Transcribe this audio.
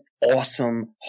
awesome